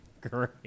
great